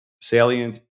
Salient